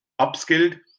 upskilled